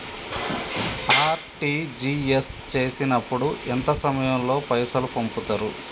RTGS చేసినప్పుడు ఎంత సమయం లో పైసలు పంపుతరు?